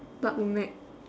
duck neck